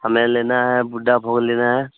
हमें लेना है बुड्डा भोग लेना है